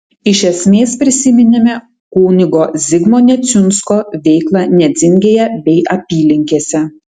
iš esmės prisiminėme kunigo zigmo neciunsko veiklą nedzingėje bei apylinkėse